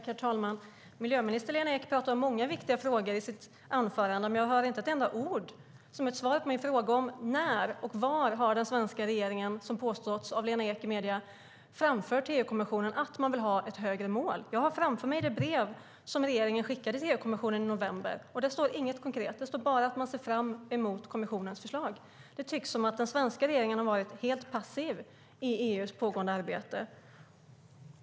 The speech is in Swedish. Herr talman! Miljöminister Lena Ek talar om många viktiga frågor i sitt anförande, men jag hör inte ett enda ord till svar på min fråga om när och var den svenska regeringen har framfört till EU-kommissionen det som påståtts av Lena Ek i medierna: att man vill ha ett högre mål. Jag har framför mig det brev som regeringen skickade till EU-kommissionen i november. Där står inget konkret; det står bara att man ser fram emot kommissionens förslag. Det tycks som om den svenska regeringen har varit helt passiv i EU:s pågående arbete.